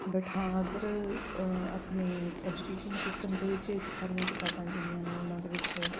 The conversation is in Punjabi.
ਬਟ ਹਾਂ ਅਗਰ ਆਪਣੇ ਐਜੂਕੇਸ਼ਨ ਸਿਸਟਮ ਦੇ ਵਿੱਚ ਇਹ ਸਾਰੀਆਂ ਕਿਤਾਬਾਂ ਜਿਹੜੀਆਂ ਨੇ ਉਹਨਾਂ ਦੇ ਵਿੱਚ